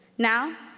now,